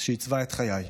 שעיצבה את חיי.